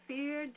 Fear